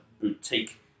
boutique